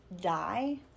die